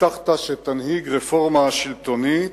הבטחת שתנהיג רפורמה שלטונית